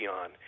on